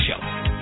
Show